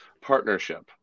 partnership